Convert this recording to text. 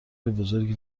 بزرگی